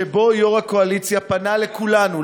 שבו יו"ר הקואליציה פנה לכולנו,